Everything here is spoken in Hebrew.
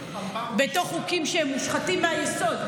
בתוך חוקים שהם מושחתים מהיסוד.